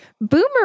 Boomer